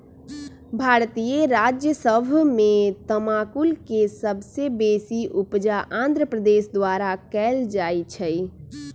भारतीय राज्य सभ में तमाकुल के सबसे बेशी उपजा आंध्र प्रदेश द्वारा कएल जाइ छइ